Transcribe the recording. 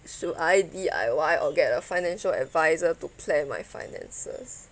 should I D_I_Y or get a financial adviser to plan my finances